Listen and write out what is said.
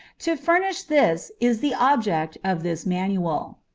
to furnish this is the object of this manual.